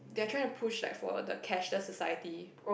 they're trying to push like for the cashless society